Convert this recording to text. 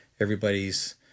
everybody's